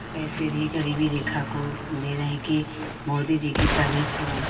पैसे भी गरीबी रेखा को दे रहे हैं कि मोदी जी की तारीफ